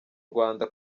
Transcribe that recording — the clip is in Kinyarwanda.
rwanda